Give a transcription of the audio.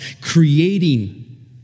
creating